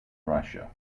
russia